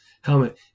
helmet